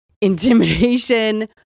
intimidation